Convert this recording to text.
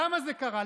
למה זה קרה?